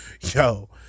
yo